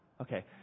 Okay